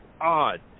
Odd